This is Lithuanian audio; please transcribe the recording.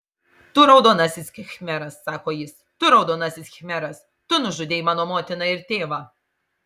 tu raudonasis khmeras sako jis tu raudonasis khmeras tu nužudei mano motiną ir tėvą